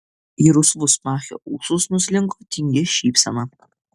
į rusvus machio ūsus nuslinko tingi šypsena